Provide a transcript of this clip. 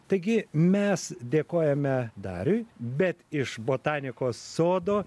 taigi mes dėkojame dariui bet iš botanikos sodo